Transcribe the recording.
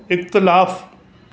इख़्तिलाफ़ु